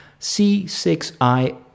C6i